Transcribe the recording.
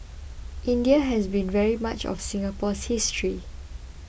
India has been very much of Singapore's history